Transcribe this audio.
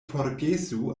forgesu